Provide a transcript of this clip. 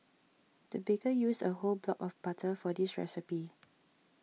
the baker used a whole block of butter for this recipe